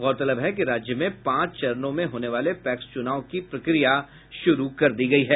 गौरतलब है कि राज्य में पांच चरणों में होने वाले पैक्स चुनाव की प्रक्रिया शुरू हो चुकी है